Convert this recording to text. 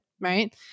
Right